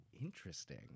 interesting